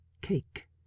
cake